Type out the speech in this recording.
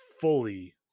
fully